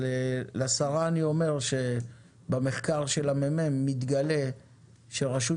אני אגיד לשרה שבמחקר של הממ"מ מתגלה שלרשות